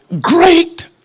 great